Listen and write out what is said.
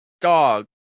dog